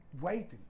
waiting